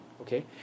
Okay